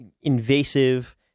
invasive